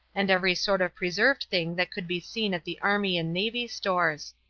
and every sort of preserved thing that could be seen at the army and navy stores.